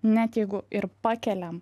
net jeigu ir pakeliam